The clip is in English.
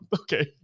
okay